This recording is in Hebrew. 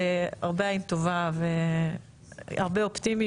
עין טובה ואופטימיות.